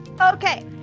Okay